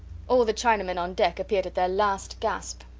all the chinamen on deck appeared at their last gasp.